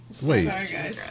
Wait